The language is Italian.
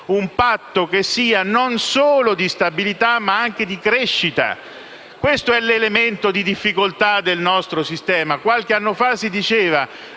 un patto che sia non solo di stabilità, ma anche di crescita. Questo è l'elemento di difficoltà del nostro sistema. Qualche anno fa si diceva